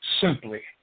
simply